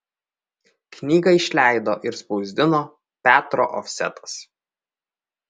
knygą išleido ir spausdino petro ofsetas